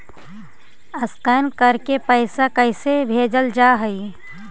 Scan करके पैसा कैसे भेजल जा हइ?